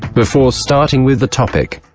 before starting with the topic.